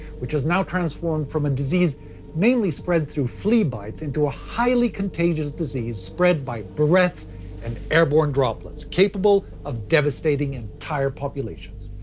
which has now transformed from a disease mainly spread through flea bites into a highly contagious disease, spread by breath and airborne droplets, capable of devastating entire populations.